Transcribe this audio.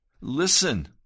listen